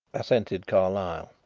assented carlyle.